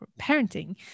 parenting